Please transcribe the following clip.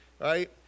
right